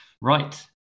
Right